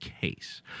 case